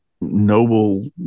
noble